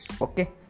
okay